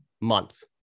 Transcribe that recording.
months